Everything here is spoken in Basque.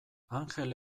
angel